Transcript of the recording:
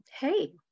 hey